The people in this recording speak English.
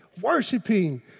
Worshipping